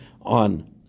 on